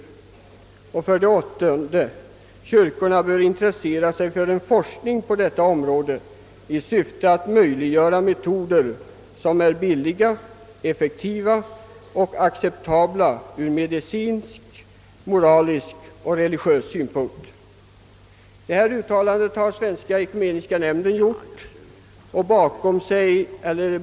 8) Kyrkorna bör intressera sig för en forskning på detta område i syfte att möjliggöra metoder som är billiga, effektiva och acceptabla ur medicinsk, moralisk och religiös synpunkt. Detta uttalande har Ekumeniska nämnden gjort.